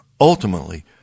ultimately